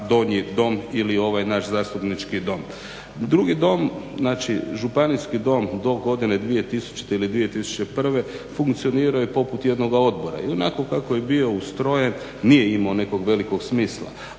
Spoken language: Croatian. Donji dom ili ovaj naš Zastupnički dom. Drugi dom, znači Županijski dom do godine 2000. ili 2001. funkcionirao je poput jednoga odbora. I onako kako je bio ustrojen nije imao nekog velikog smisla.